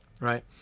right